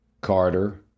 Carter